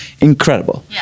incredible